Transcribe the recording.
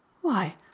Why